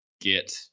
get